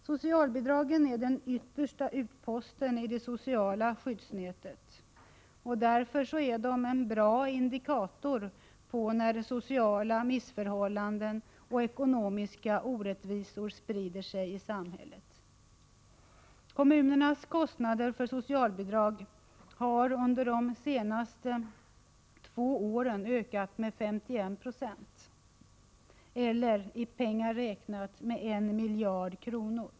Socialbidragen är den yttersta utposten i det sociala skyddsnätet, och därför är de en bra indikator på när sociala missförhållanden och ekonomiska orättvisor sprider sig i samhället. Kommunernas kostnader för socialbidrag har under de senaste två åren ökat med 51 96 eller, i pengar räknat, med 1 miljard kronor.